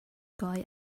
guy